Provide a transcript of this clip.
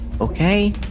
okay